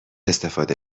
استفاده